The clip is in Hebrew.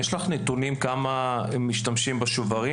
יש לך נתונים כמה משתמשים בשוברים?